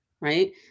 Right